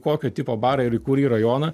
kokio tipo barą ir į kurį rajoną